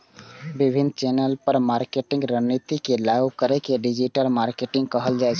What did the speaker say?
विभिन्न चैनल पर मार्केटिंग रणनीति के लागू करै के डिजिटल मार्केटिंग कहल जाइ छै